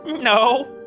No